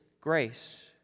grace